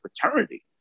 fraternity